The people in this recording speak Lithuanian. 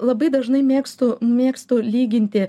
labai dažnai mėgstu mėgstu lyginti